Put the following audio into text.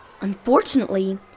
Unfortunately